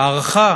הארכה